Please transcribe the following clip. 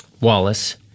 Wallace